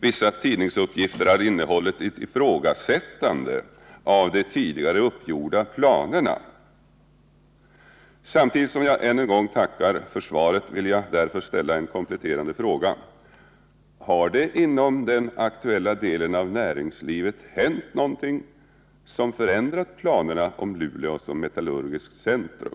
Vissa tidningsuppgifter har innehållit ett ifrågasättande av de tidigare uppgjorda planerna. Samtidigt som jag än en gång tackar för svaret vill jag därför ställa en kompletterande fråga. Har det inom den aktuella delen av näringslivet hänt något som förändrat planerna på Luleå som metallurgiskt centrum?